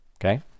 okay